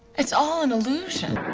it's all an illusion.